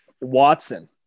Watson